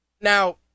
now